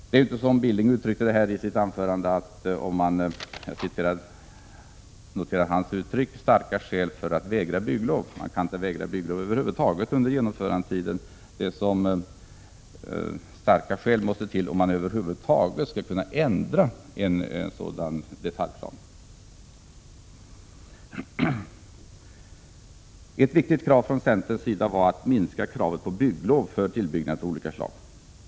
Det krävs inte, som jag noterade att Knut Billing uttryckte det i sitt anförande, starka skäl för att vägra bygglov. Man kan inte vägra bygglov över huvud taget under genomförandetiden. Starka skäl måste till om man över huvud taget skall kunna ändra en sådan detaljplan. Ett viktigt krav från centerns sida var att minska kravet på bygglov för tillbyggnader av olika slag.